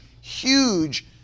huge